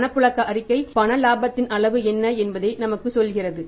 பணப்புழக்க அறிக்கை பண இலாபத்தின் அளவு என்ன என்பதை நமக்கு சொல்கிற